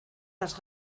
las